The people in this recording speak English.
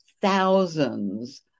thousands